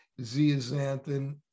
zeaxanthin